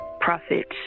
profits